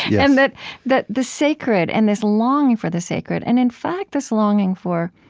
yeah and that that the sacred and this longing for the sacred, and in fact, this longing for